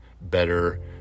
better